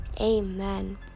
amen